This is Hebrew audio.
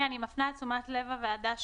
זה היה הניסוח המקורי שלנו בעקבות ההערה של המשטרה,